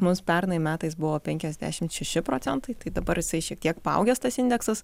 mus pernai metais buvo penkiasdešimt šeši procentai tai dabar jisai šiek tiek paaugęs tas indeksas